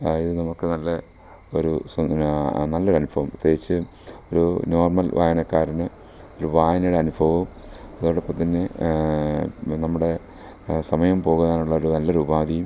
ഇത് നമുക്ക് നല്ല ഒരു സുന്ദര നല്ല ഒരു അനുഭവം പ്രത്യേകിച്ച് ഒരു നോർമൽ വായനക്കാരന് ഒരു വായനയുടെ അനുഭവം അതോടൊപ്പം തന്നെ നമ്മുടെ സമയം പോകാനുള്ള ഒരു നല്ലൊ ഒരു ഉപാധിയും